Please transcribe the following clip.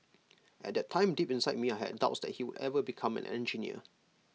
at that time deep inside me I had doubts that he would ever become an engineer